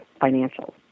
financials